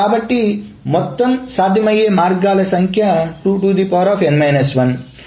కాబట్టి మొత్తం సాధ్యమయ్యే మార్గాల సంఖ్య 2n 2